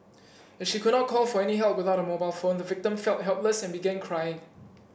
as she could not call for any help without her mobile phone the victim felt helpless and began crying